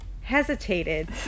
hesitated